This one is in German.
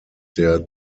der